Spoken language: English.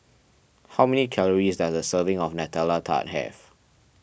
how many calories does a serving of Nutella Tart have